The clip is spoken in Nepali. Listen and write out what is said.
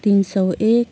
तिन सौ एक